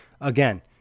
again